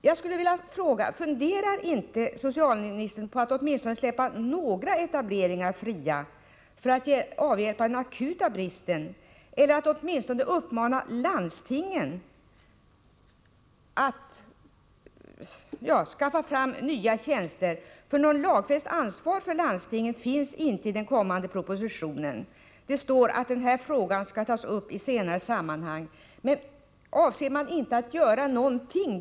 Jag skulle vilja fråga: Funderar inte socialministern på att åtminstone släppa några etableringar fria för att avhjälpa den akuta bristen eller på att uppmana landstingen att skaffa fram nya tjänster? Något lagfäst ansvar för landstingen finns inte med i den kommande propositionen. Det sägs att denna fråga skall tas upp i senare sammanhang. Avser regeringen inte att göra någonting?